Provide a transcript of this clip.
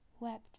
wept